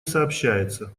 сообщается